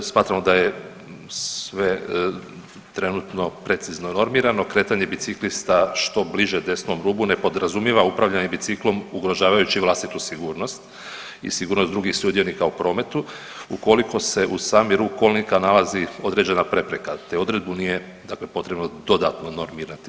Smatramo da je sve trenutno precizno normirano, kretanje biciklista što bliže desnom rubu ne podrazumijeva upravljanje biciklom ugrožavajući vlastitu sigurnost i sigurnost drugih sudionika u prometu ukoliko se uz sami rub kolnika nalazi određena prepreka, te odredbu nije dakle potrebno dodatno normirati.